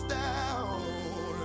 down